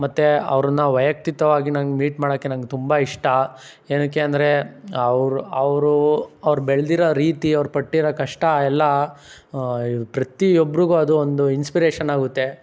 ಮತ್ತೆ ಅವ್ರನ್ನು ವೈಯಕ್ತಿಕವಾಗಿ ನನಗೆ ಮೀಟ್ ಮಾಡೋಕ್ಕೆ ನನಗೆ ತುಂಬ ಇಷ್ಟ ಏನಕ್ಕೆ ಅಂದರೆ ಅವ್ರು ಅವರು ಅವರು ಬೆಳ್ದಿರೋ ರೀತಿ ಅವರು ಪಟ್ಟಿರೋ ಕಷ್ಟ ಎಲ್ಲ ಪ್ರತಿಯೊಬ್ಬರಿಗೂ ಅದು ಒಂದು ಇನ್ಸ್ಪಿರೇಶನ್ ಆಗುತ್ತೆ